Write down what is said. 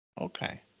Okay